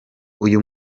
uyu